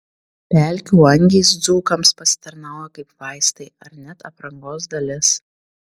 pelkių angys dzūkams pasitarnauja kaip vaistai ar net aprangos dalis